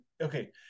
okay